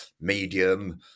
medium